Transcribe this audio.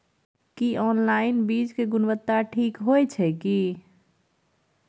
की online बीज के गुणवत्ता ठीक होय ये की?